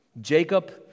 Jacob